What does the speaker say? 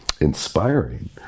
inspiring